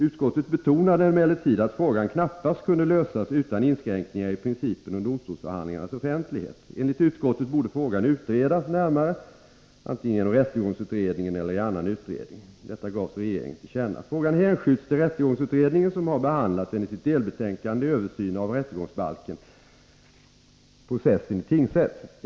Utskottet betonade emellertid att frågan knappast kunde lösas utan inskränkningar i principen om domstolsförhandlingarnas offentlighet. Enligt utskottet borde frågan utredas närmare, antingen genom rättegångsutredningen eller i annan ordning. Detta gavs regeringen till känna . Frågan hänsköts till rättegångsutredningen, som har behandlat den i sitt delbetänkande Översyn av rättegångsbalken 1 Processen i tingsrätt.